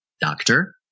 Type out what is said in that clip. doctor